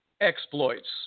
exploits